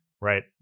right